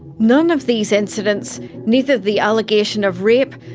none of these incidents neither the allegation of rape,